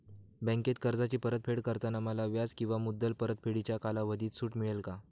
बँकेत कर्जाची परतफेड करताना मला व्याज किंवा मुद्दल परतफेडीच्या कालावधीत सूट मिळेल का?